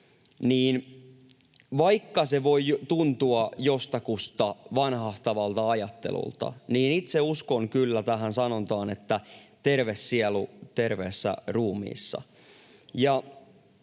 niin vaikka se voi tuntua jostakusta vanhahtavalta ajattelulta, niin itse uskon kyllä tähän sanontaan, että terve sielu terveessä ruumiissa.